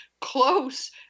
close